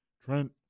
Trent